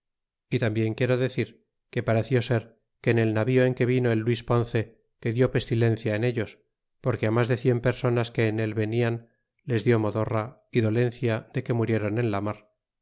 y tambien quiero decir que peeció ser que en el navío en que vino el luis ponce que di pestilencia en ellos porque á mas de cien personas que en él venian les dió modorra y dolencia de que muriéron en la mar